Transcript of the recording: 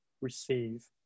receive